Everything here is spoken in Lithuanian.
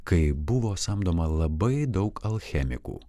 kai buvo samdoma labai daug alchemikų